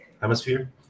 hemisphere